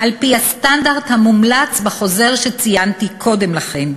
על-פי הסטנדרט המומלץ בחוזר שציינתי קודם לכן,